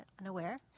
unaware